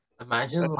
Imagine